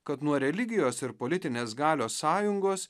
kad nuo religijos ir politinės galios sąjungos